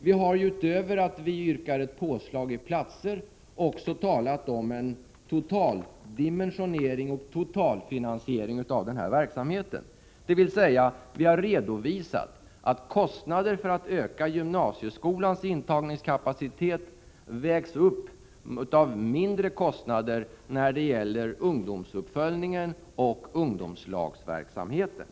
Vi har, utöver att vi yrkar ett påslag i platser, också talat om en totaldimensionering och totalfinansiering av denna verksamhet, dvs. vi har redovisat att kostnaderna för att öka gymnasieskolans intagningskapacitet vägs upp av lägre kostnader när det gäller ungdomsuppföljningen och ungdomslagsverksamheten.